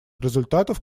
результатов